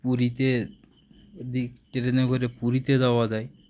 পুরীতে দিক ট্রেনে করে পুরীতে যাওয়া যায়